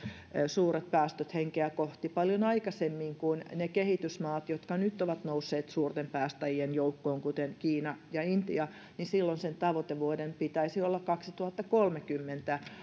suuret päästöt henkeä kohti paljon aikaisemmin kuin ne kehitysmaat jotka nyt ovat nousseet suurten päästäjien joukkoon kuten kiina ja intia niin silloin sen tavoitevuoden pitäisi olla kaksituhattakolmekymmentä